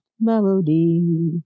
melody